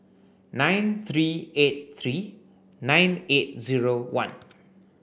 nine three eight three nine eight zero one